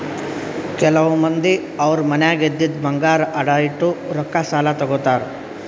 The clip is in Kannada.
ಕೆಲವ್ ಮಂದಿ ಅವ್ರ್ ಮನ್ಯಾಗ್ ಇದ್ದಿದ್ ಬಂಗಾರ್ ಅಡ ಇಟ್ಟು ರೊಕ್ಕಾ ಸಾಲ ತಗೋತಾರ್